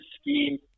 scheme